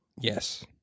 Yes